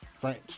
French